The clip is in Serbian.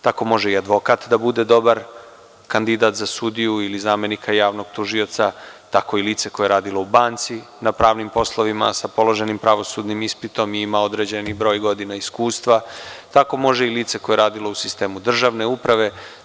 Tako može i advokat da bude dobar kandidat za sudiju ili zamenika javnog tužioca, tkao i lice koje je radilo u banci na pravnim poslovima, sa položenim pravosudnim ispitom i ima određeni broj godina iskustva, tako može i lice koje je radilo u sistemu državne uprave.